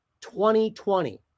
2020